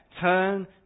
turn